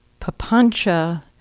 Papancha